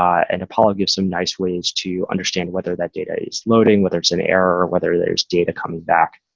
um and apollo gives some nice ways to understand whether that data is loading, whether it's an error or whether there's data coming back.